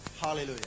Hallelujah